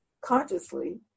consciously